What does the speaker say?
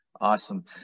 Awesome